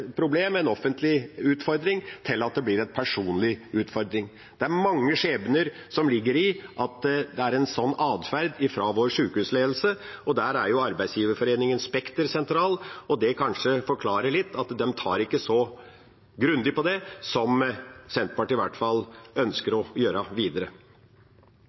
problem, en offentlig utfordring, til at det blir en personlig utfordring. Det er mange skjebner som ligger i at det er en slik atferd hos vår sykehusledelse, og der er jo arbeidsgiverforeningen Spekter sentral. Det forklarer kanskje litt hvorfor de ikke tar så grundig på det som i hvert fall Senterpartiet ønsker å gjøre videre.